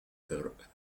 her